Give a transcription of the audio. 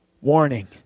Warning